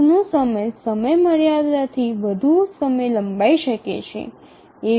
ટાસ્કનો સમય સમયમર્યાદાથી વધુ સમય લંબાઈ શકે છે